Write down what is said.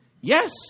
Yes